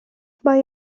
mae